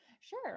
Sure